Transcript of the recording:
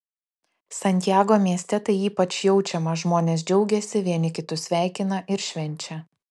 santiago mieste tai ypač jaučiama žmonės džiaugiasi vieni kitus sveikina ir švenčia